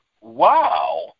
wow